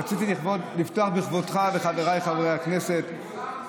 רציתי לפתוח בכבודך, וחבריי חברי הכנסת,